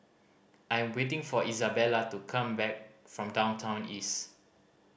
I am waiting for Izabella to come back from Downtown East